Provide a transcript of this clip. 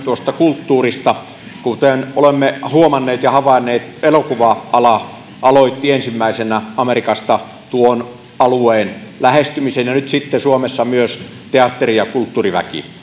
kulttuurista kuten olemme huomanneet ja havainneet elokuva ala aloitti ensimmäisenä amerikassa tuon alueen lähestymisen ja nyt sitten myös suomessa teatteri ja kulttuuriväki